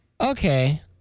Okay